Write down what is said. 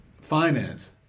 finance